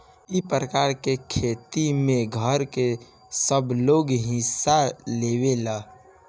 ई प्रकार के खेती में घर के सबलोग हिस्सा लेवेला